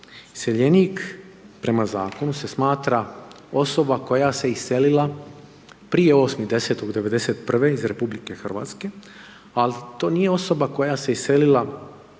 Iseljenik, prema zakonu se smatra osoba koje se iselila prije 8.10.1991. iz RH, ali to nije osoba koje se iselila